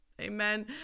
Amen